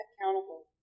accountable